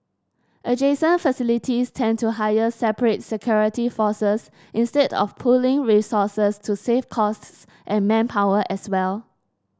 adjacent facilities tend to hire separate security forces instead of pooling resources to save costs and manpower as well